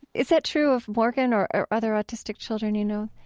is that true of morgan or or other autistic children you know?